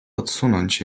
odsunąć